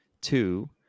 Two